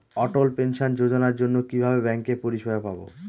অটল pension যোজনার জন্য কিভাবে ব্যাঙ্কে পরিষেবা পাবো?